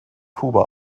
kuba